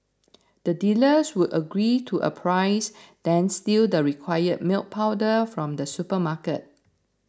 the dealers would agree to a price then steal the required milk powder from the supermarket